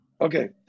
Okay